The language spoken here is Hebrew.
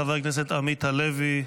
חבר הכנסת עמית הלוי,